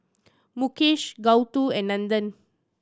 Mukesh Gouthu and Nandan